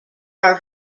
are